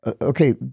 okay